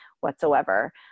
whatsoever